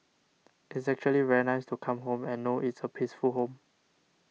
it's actually very nice to come home and know it's a peaceful home